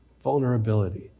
Vulnerability